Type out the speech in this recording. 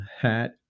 hat